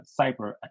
cyber